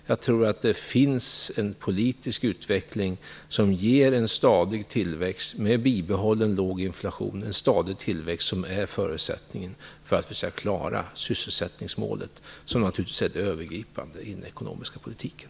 Jag tror att det finns en politisk utveckling som ger en stadig tillväxt med bibehållen låg inflation, en stadig tillväxt som är förutsättningen för att vi skall klara sysselsättningsmålet, som naturligtvis är det övergripande i den ekonomiska politiken.